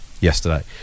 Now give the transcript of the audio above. yesterday